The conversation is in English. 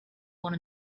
one